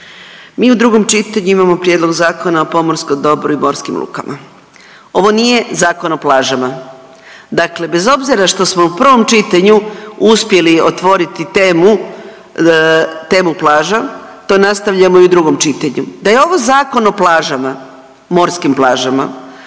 mi u drugom čitanju imamo Prijedlog Zakona o pomorskom dobru i morskim lukama. Ovo nije Zakon o plažama. Dakle, bez obzira što smo u prvom čitanju uspjeli otvoriti temu, temu plaža to nastavljamo i u drugom čitanju. Da je ovo Zakon o plažama, morskim plažama